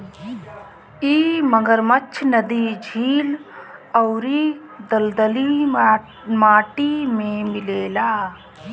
इ मगरमच्छ नदी, झील अउरी दलदली माटी में मिलेला